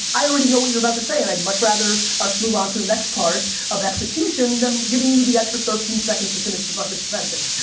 i already know what you're about to say, and i'd much rather us move on to the next part of execution that giving you the extra thirteen seconds to finish your fucking sentence.